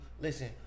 Listen